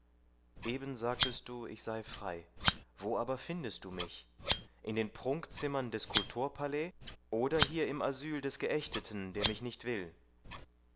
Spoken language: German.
eben sagtest du ich sei frei wo aber findest du mich in den prunkzimmern des kultorpalais oder hier im asyl des geächteten der mich nicht will